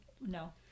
No